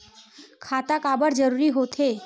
खाता काबर जरूरी हो थे?